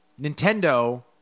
Nintendo